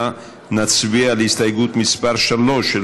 נצביע על הסתייגות מס' 3,